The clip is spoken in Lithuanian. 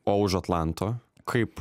o už atlanto kaip